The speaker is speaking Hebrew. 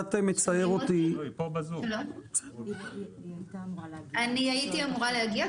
שקצת מצער אותי -- הייתי אמורה להגיע,